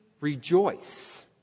rejoice